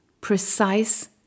precise